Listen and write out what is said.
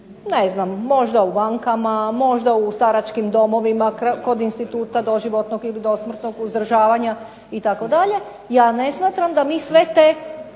ne znam, možda u bankama, možda u staračkim domovima, kod instituta doživotnog ili dosmrtnog uzdržavanja itd. ja ne smatram da mi sve te